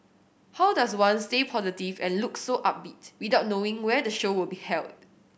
how does one stay positive and look so upbeat without knowing where the show will be held